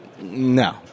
no